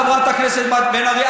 חברת הכנסת בן ארי,